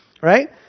right